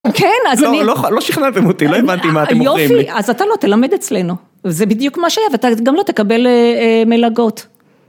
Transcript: כן, אז אני... -לא, לא שכנעתם אותי, לא הבנתי מה אתם מוכרים לי. -יופי, אז אתה לא תלמד אצלנו, זה בדיוק מה שהיה, ואתה גם לא תקבל מלגות.